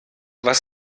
was